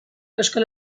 euskal